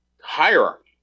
hierarchy